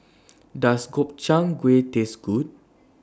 Does Gobchang Gui Taste Good